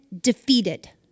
defeated